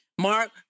Mark